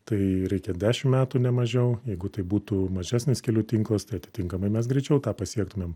tai reikia dešim metų nemažiau jeigu tai būtų mažesnis kelių tinklas tai atitinkamai mes greičiau tą pasiektumėm